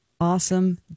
awesome